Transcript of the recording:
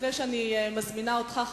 לפני שאני מזמינה אותך,